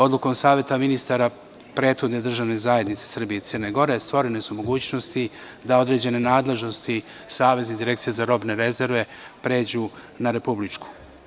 Odlukom Saveta ministara prethodne Državne zajednice Srbija i Crna Gora stvorene su mogućnosti da određene nadležnosti savezne Direkcije za robne rezerve pređu na republičku.